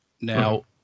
Now